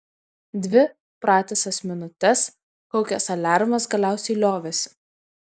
dvi pratisas minutes kaukęs aliarmas galiausiai liovėsi